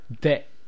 debt